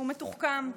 הוא מתוחכם,